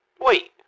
Wait